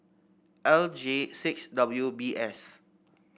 L J six W B S